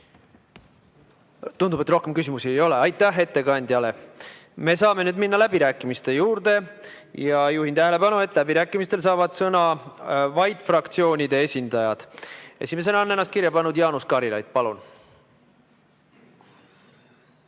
Tundub, et rohkem küsimusi ei ole. Aitäh ettekandjale! Me saame nüüd minna läbirääkimiste juurde. Juhin tähelepanu, et läbirääkimistel saavad sõna vaid fraktsioonide esindajad. Esimesena on end kirja pannud Jaanus Karilaid. Palun!